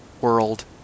world